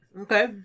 Okay